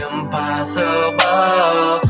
Impossible